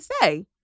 say